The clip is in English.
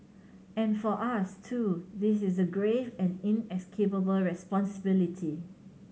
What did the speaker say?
and for us too this is a grave and inescapable responsibility